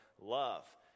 love